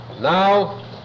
now